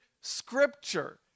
scripture